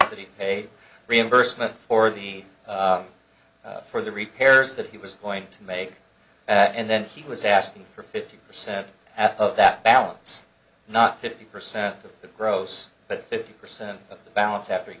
a reimbursement for the for the repairs that he was point to make and then he was asking for fifty percent of that balance not fifty percent of the gross but fifty percent of the balance after he